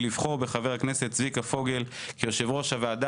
לבחור בחבר הכנסת צביקה פוגל כיושב-ראש הוועדה.